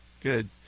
good